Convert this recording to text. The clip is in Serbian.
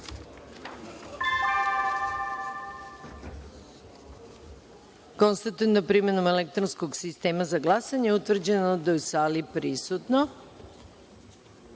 kvorum. Konstatujem da je primenom elektronskog sistema za glasanje utvrđeno da je u sali prisutno